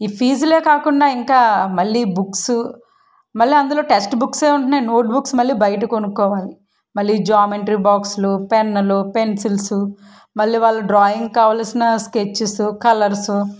ఈ ఫీజులే కాకుండా ఇంకా మళ్ళీ బుక్సు మళ్ళా అందులో టెక్స్ట్ బుక్సే ఉంటున్నాయి మళ్ళీ నోట్ బుక్స్ మళ్ళీ బయట కొనుక్కోవాలి మళ్ళీ జోమెంట్రీ బోక్స్లు పెన్నులు పెన్సిల్సు మళ్ళీ వాళ్ళ డ్రాయింగ్కి కావాల్సిన స్కెచ్చెసు కలర్సు